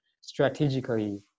strategically